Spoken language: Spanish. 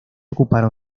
ocuparon